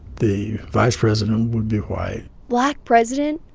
the vice president would be white black president,